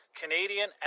Canadian